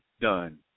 done